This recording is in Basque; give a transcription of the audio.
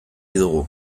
dugu